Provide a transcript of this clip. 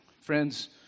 Friends